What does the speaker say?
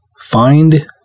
find